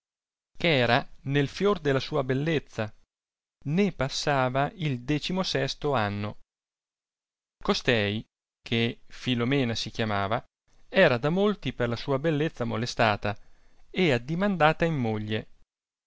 eh era nel fior della sua bellezza né passava il decimosesto anno costei che filomena si chiamava era da molti per la sua bellezza molestata e addimandata in moglie